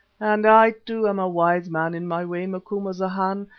and i too am a wise man in my way, macumazahn,